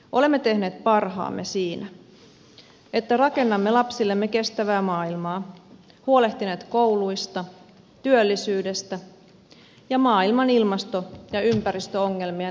olemme tehneet parhaamme siinä että rakennamme lapsillemme kestävää maailmaa huolehtineet kouluista työllisyydestä ja maailman ilmasto ja ympäristöongelmien ratkaisuista